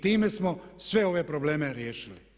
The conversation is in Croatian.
Time smo sve ove probleme riješili.